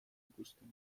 ikusten